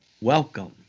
welcome